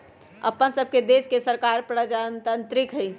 अप्पन सभके देश के सरकार प्रजातान्त्रिक हइ